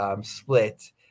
split